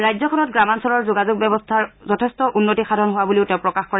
ৰাজ্যখনত গ্ৰামাঞ্চলৰ যোগাযোগ ব্যৱস্থাৰ যথেষ্ট উন্নতি সাধন হোৱা বুলিও তেওঁ প্ৰকাশ কৰে